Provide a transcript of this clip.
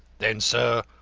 then, sir,